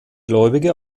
gläubige